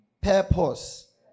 purpose